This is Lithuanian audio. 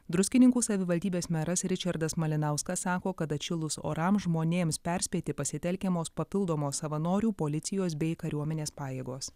druskininkų savivaldybės meras ričardas malinauskas sako kad atšilus orams žmonėms perspėti pasitelkiamos papildomos savanorių policijos bei kariuomenės pajėgos